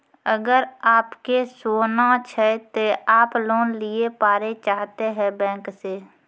अगर आप के सोना छै ते आप लोन लिए पारे चाहते हैं बैंक से?